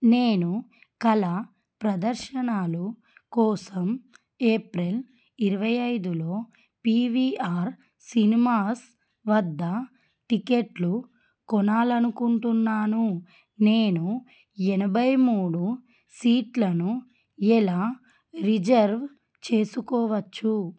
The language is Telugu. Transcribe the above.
నేను కళా ప్రదర్శనలు కోసం ఏప్రిల్ ఇరవై ఐదులో పివిఆర్ సినిమాస్ వద్ద టిక్కెట్లు కొనాలనుకుంటున్నాను నేను ఎనభై మూడు సీట్లను ఎలా రిజర్వ్ చేసుకోవచ్చు